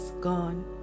gone